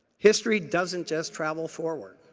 history doesn't just travel forward.